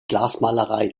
glasmalerei